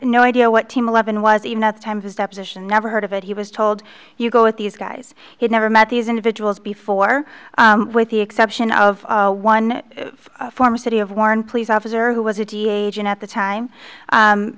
no idea what team eleven was enough times his deposition never heard of it he was told you go with these guys he never met these individuals before with the exception of one former city of warren police officer who was a tea agent at the time